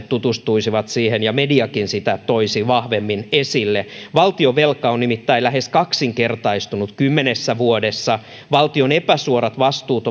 tutustuisivat siihen ja mediakin sitä toisi vahvemmin esille valtionvelka on nimittäin lähes kaksinkertaistunut kymmenessä vuodessa valtion epäsuorat vastuut